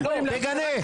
תגנה.